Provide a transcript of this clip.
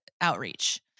outreach